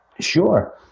sure